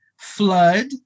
flood